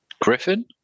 Griffin